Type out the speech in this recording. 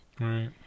right